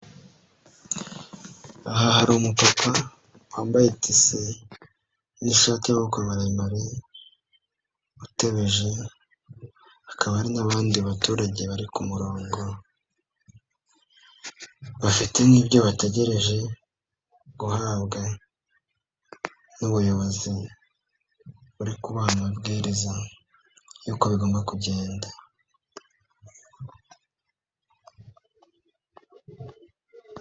Aha hari umupapa wambaye itise n'ishati y'amaboko maremare utebeje hakaba ari n'abandi baturage bari ku murongo bafite n'ibyo bategereje guhabwa n'abuyobozi bari kubaha amabwiriza y'uko bigomba kugenda.